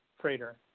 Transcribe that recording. freighter